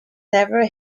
never